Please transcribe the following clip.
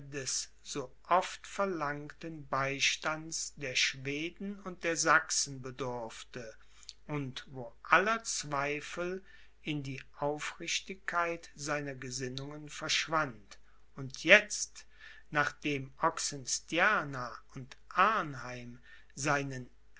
des so oft verlangten beistands der schweden und der sachsen bedurfte und wo aller zweifel in die aufrichtigkeit seiner gesinnungen verschwand und jetzt nachdem oxenstierna und arnheim seinen